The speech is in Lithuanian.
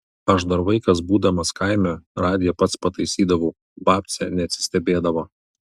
aš dar vaikas būdamas kaime radiją pats pataisydavau babcė neatsistebėdavo